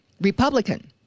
Republican